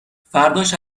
فرداش